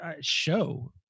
show